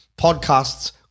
podcasts